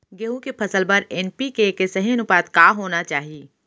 गेहूँ के फसल बर एन.पी.के के सही अनुपात का होना चाही?